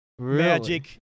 Magic